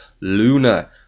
Luna